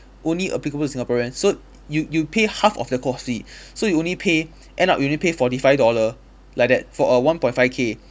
only applicable to singaporeans so you you pay half of the course fee so you only pay end up you only pay forty five dollar like that for a one point five K